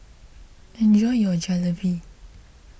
enjoy your Jalebi